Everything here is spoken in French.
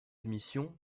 émission